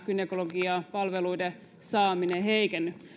gynekologiapalveluiden saaminen heikenny